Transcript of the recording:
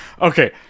okay